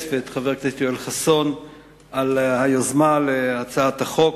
ואת חבר הכנסת יואל חסון על היוזמה להצעת החוק,